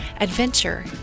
adventure